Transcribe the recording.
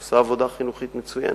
היא עושה עבודה חינוכית מצוינת.